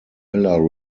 miller